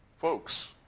Folks